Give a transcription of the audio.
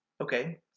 Okay